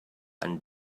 and